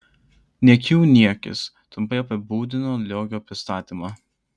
niekių niekis trumpai apibūdino liogio pristatymą